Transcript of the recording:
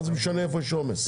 מה זה משנה איפה העומס?